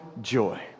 joy